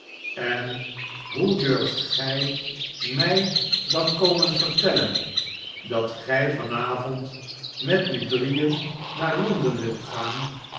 sen hoe durft gij mij dan komen vertellen dat gij van avond met u drieen naar londen wilt gaan